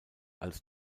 als